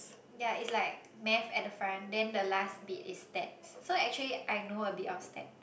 ya it's like math at the front then the last bit is stats so actually I know a bit of stats